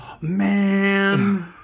Man